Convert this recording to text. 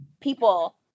people